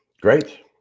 Great